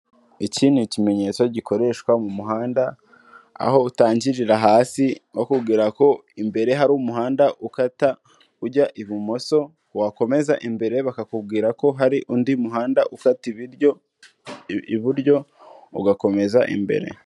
Iki ni ikimenyetso gikoreshwa mu muhanda aho utangirira hasi bakubwira ko imbere hari umuhanda ukata ujya ibumoso, wakomeza imbere bakakubwira ko hari undi muhanda ufata iburyo ugakomeza imbere.